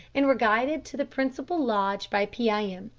and were guided to the principal lodge by pee-eye-em.